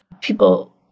people